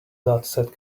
dataset